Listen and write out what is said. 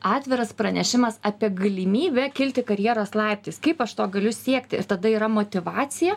atviras pranešimas apie galimybę kilti karjeros laiptais kaip aš to galiu siekti ir tada yra motyvacija